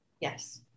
Yes